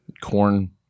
Corn